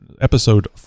Episode